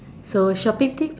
so shopping tips